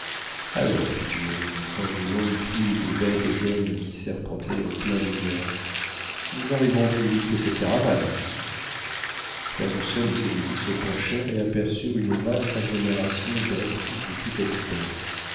joe en indiquant une longue file de bêtes et d'hommes qui serpentait en plein désert nous arriverons plus vite que cette caravane fergusson et kennedy se penchèrent et aperçurent une vaste agglomération d'êtres de toute espèce